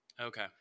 Okay